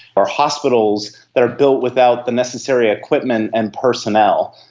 or hospitals that are built without the necessary equipment and personnel.